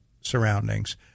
surroundings